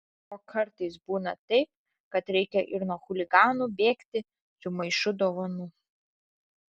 o kartais būna taip kad reikia ir nuo chuliganų bėgti su maišu dovanų